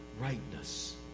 rightness